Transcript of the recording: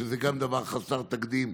שגם זה דבר חסר תקדים,